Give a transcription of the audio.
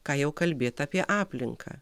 ką jau kalbėt apie aplinką